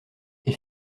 est